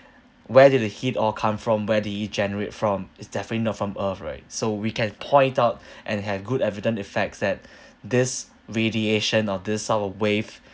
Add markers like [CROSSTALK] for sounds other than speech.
where did the heat all come from where did it generate from it's definitely not from earth right so we can point out [BREATH] and have good evident effects that [BREATH] this radiation of this sort of wave